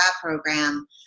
program